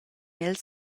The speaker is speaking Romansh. els